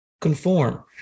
conform